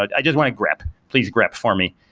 i just want to grab. please grab for me.